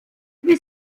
wie